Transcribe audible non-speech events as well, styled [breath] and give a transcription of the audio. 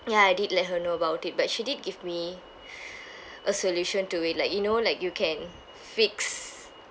ya I did let her know about it but she did give me [breath] a solution to it like you know like you can fix